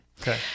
Okay